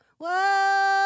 Whoa